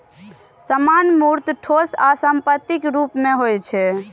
सामान मूर्त, ठोस आ संपत्तिक रूप मे होइ छै